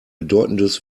bedeutendes